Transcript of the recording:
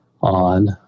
on